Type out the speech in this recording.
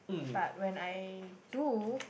but when I do